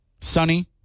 sunny